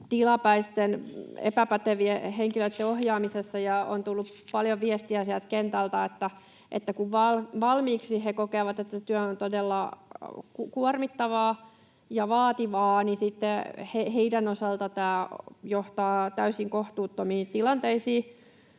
tilapäisten epäpätevien henkilöiden ohjaamisessa. On tullut paljon viestiä kentältä, että kun he kokevat valmiiksi, että työ on todella kuormittavaa ja vaativaa, niin heidän osaltaan tämä johtaa täysin kohtuuttomiin tilanteisiin.